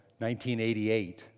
1988